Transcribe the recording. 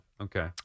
Okay